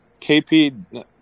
KP